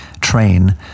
train